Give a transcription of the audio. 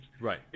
Right